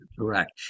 Correct